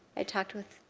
i talked with